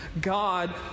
God